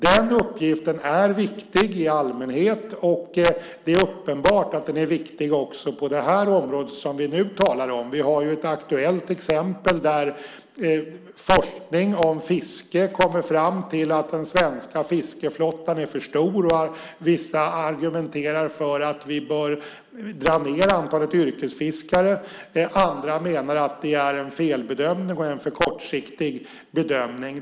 Den uppgiften är viktig i allmänhet, och det är uppenbart att den är viktig också på det område som vi nu talar om. Vi har ju ett aktuellt exempel där forskning om fiske kommer fram till att den svenska fiskeflottan är för stor. Vissa argumenterar för att vi bör dra ned antalet yrkesfiskare. Andra menar att det är en felbedömning och en för kortsiktig bedömning.